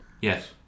Yes